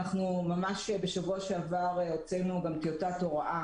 אנחנו ממש בשבוע שעבר הוצאנו גם טיוטת הוראה